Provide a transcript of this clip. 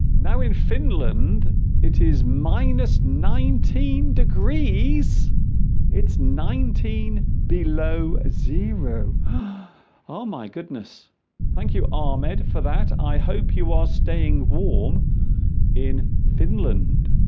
now in finland it is minus nineteen degrees it's nineteen below zero oh my goodness thank you ahmed for that i hope you are staying warm in finland